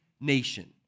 nation